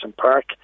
Park